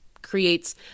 creates